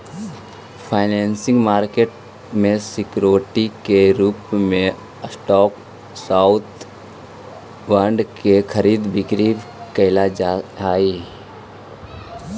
financial market में security के रूप में स्टॉक आउ बॉन्ड के खरीद बिक्री कैल जा हइ